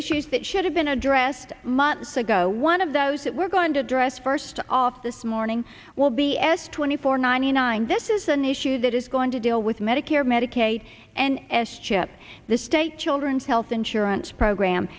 issues that should have been addressed months ago one of those that we're going to address first off this morning will be s twenty four ninety nine this is an issue that is going to deal with medicare medicaid and as chip the state children's health insurance program